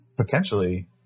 potentially